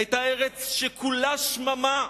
היתה ארץ שכולה שממה.